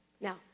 Now